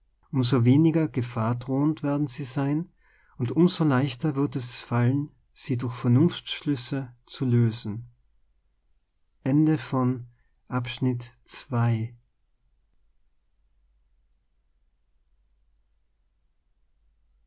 so weniger gefahrdrohend werden sie sein und um so leichter wird es fallen sie durch vemunftsschlüsse zu lösen